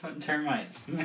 termites